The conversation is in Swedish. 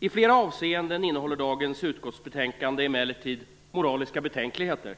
I flera avseenden innehåller dagens utskottsbetänkande emellertid moraliska betänkligheter.